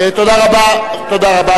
תודה רבה לכם.